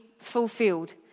fulfilled